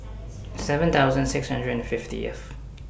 seven thousand six hundred and fiftieth